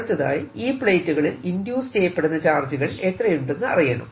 അടുത്തതായി ഈ പ്ലേറ്റുകളിൽ ഇൻഡ്യൂസ് ചെയ്യപ്പെടുന്ന ചാർജുകൾ എത്രയുണ്ടെന്ന് അറിയണം